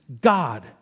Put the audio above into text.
God